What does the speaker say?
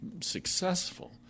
successful